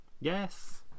Yes